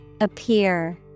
Appear